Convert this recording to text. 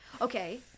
okay